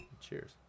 Cheers